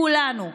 כולנו,